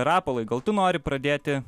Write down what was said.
rapolai gal tu nori pradėti